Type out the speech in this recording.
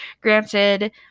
granted